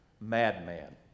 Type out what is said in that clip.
madman